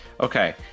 Okay